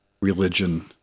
religion